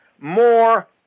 more